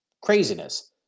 craziness